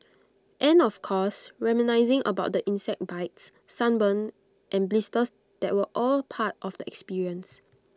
and of course reminiscing about the insect bites sunburn and blisters that were all part of the experience